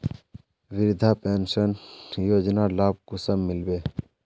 वृद्धा पेंशन योजनार लाभ कुंसम मिलबे?